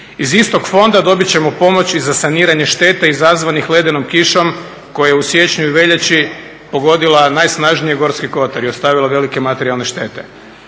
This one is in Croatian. Iz istog Fonda dobiti ćemo pomoć i za saniranje šteta izazvanih ledenom kišom koja je u siječnju i veljači pogodila najsnažnije Gorski Kotar i ostavila velike materijalne štete.